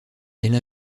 elle